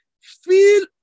feel